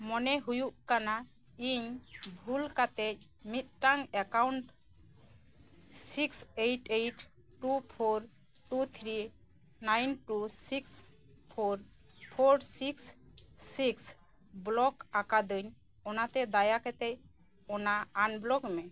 ᱢᱚᱱᱮ ᱦᱩᱭᱩᱜ ᱠᱟᱱᱟ ᱤᱧ ᱵᱷᱩᱞ ᱠᱟᱛᱮᱫ ᱢᱤᱫᱴᱟᱝ account six eight eight two four two three nine two six four four six six block ᱟᱠᱟᱫᱟᱹᱧ ᱚᱱᱟᱛᱮ ᱫᱟᱭᱟ ᱠᱟᱛᱮᱫ ᱚᱱᱟ ᱟᱱᱵᱞᱚᱠ ᱢᱮ